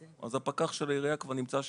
הפקח של העירייה כבר נמצא שם,